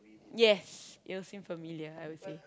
yes it would seem familiar I would say